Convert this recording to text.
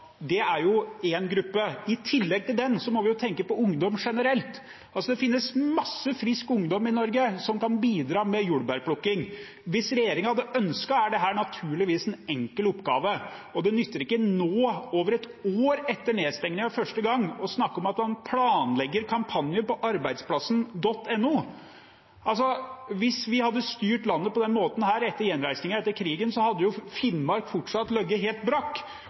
Det er én gruppe. I tillegg til den må vi tenke på ungdom generelt. Det finnes masse frisk ungdom i Norge som kan bidra med jordbærplukking. Hvis regjeringen hadde ønsket, er dette naturligvis en enkel oppgave, og det nytter ikke nå – over ett år etter nedstengingen første gang – å snakke om at en planlegger kampanjer på arbeidsplassen.no. Hvis vi hadde styrt landet på denne måten etter gjenreisingen etter krigen, hadde jo Finnmark fortsatt ligget helt brakk.